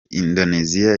indonesia